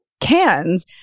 cans